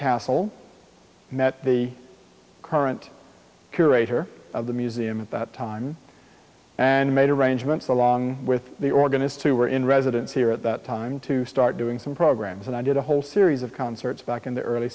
castle met the current curator of the museum at that time and made arrangements along with the organist to were in residence here at that time to start doing some programs and i did a whole series of concerts back in the early